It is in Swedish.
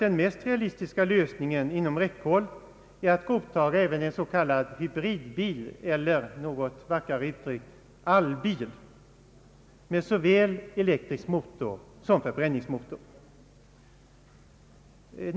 Den mest realistiska lösningen inom räckhåll är kanske att godtaga även en s.k. hybridbil, eller något vackrare uttryckt, allbil med såväl elmotor som förbränningsmotor.